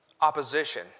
opposition